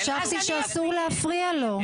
חשבתי שאסור להפריע לו...